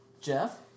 Jeff